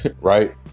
right